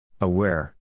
Aware